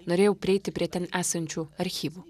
norėjau prieiti prie ten esančių archyvų